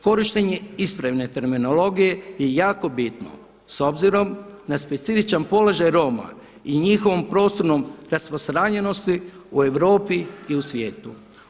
Korištenje ispravne terminologije je jako bitno s obzirom na specifičan položaj Roma i njihovom prostornom, raspostranjenosti u Europi i u svijetu.